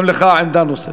גם לך עמדה נוספת.